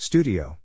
Studio